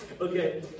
Okay